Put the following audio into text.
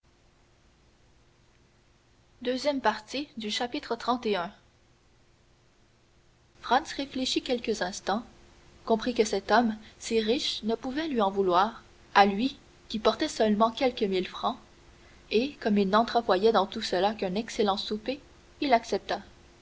franz réfléchit quelques instants comprit que cet homme si riche ne pouvait lui en vouloir à lui qui portait seulement quelques mille francs et comme il n'entrevoyait dans tout cela qu'un excellent souper il accepta